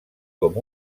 com